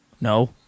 No